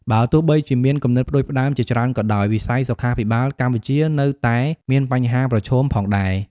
បើទោះបីជាមានគំនិតផ្តួចផ្តើមជាច្រើនក៏ដោយ វិស័យសុខាភិបាលកម្ពុជានៅតែមានបញ្ហាប្រឈមផងដែរ។